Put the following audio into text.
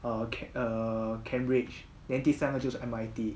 err okay err cambridge then 第三个就是 M_I_T